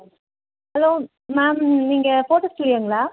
hello ma'am நீங்கள் photo ஸ்டூடியோங்களா